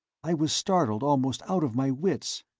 i was startled almost out of my wits.